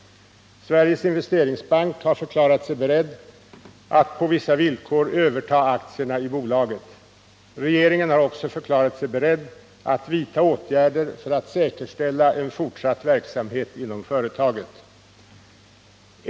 Sveriges Investeringsbank har förklarat sig beredd att under vissa villkor överta aktierna i bolaget. Regeringen har också förklarat sig beredd att vidta åtgärder för att säkerställa en fortsatt verksamhet inom företaget.